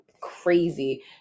crazy